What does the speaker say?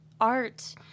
art